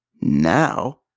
Now